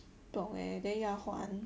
不懂 eh then 要还